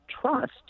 trust